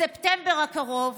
בספטמבר הקרוב